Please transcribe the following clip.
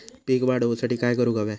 पीक वाढ होऊसाठी काय करूक हव्या?